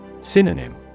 Synonym